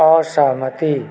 असहमति